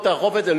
או תאכוף את זה.